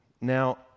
Now